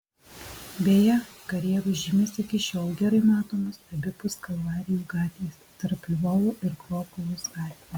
beje karjerų žymės iki šiol gerai matomos abipus kalvarijų gatvės tarp lvovo ir krokuvos gatvių